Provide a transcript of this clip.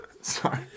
Sorry